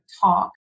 talk